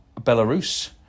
Belarus